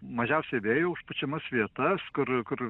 mažiausiai vėjo užpučiamos vietas kur kur